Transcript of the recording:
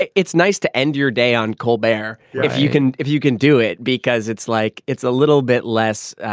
it's nice to end your day on cold bear if you can if you can do it because it's like it's a little bit less.